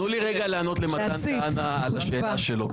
תנו לי לענות למתן כהנא על השאלה שלו,